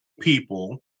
people